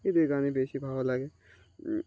এদের গানই বেশি ভালো লাগে